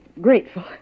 grateful